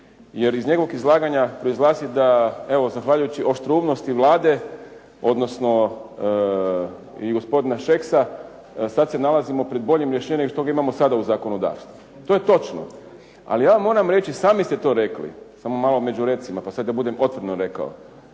jer iz njegovog izlaganja proizlazi da, evo zahvaljujući oštroumnosti Vlade, odnosno i gospodina Šeksa, sad se nalazimo pred boljim rješenjem nego što ga imamo sada u zakonodavstvu. To je točno. Ali ja vam moram reći, sami ste to rekli, samo malo među recima pa sad ja budem otvoreno rekao.